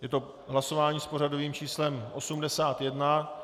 Je to hlasování s pořadovým číslem 81.